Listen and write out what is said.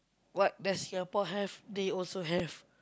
what does Singapore have they also have